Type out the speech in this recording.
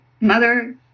mother